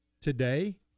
today